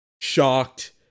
shocked